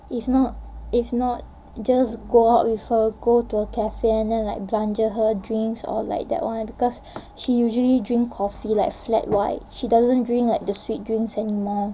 if not if not just go out with her go to a cafe and then like belanja her drinks or that one because she usually drink coffee like flat white she doesn't drink like sweet drinks anymore